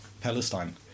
Palestine